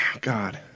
God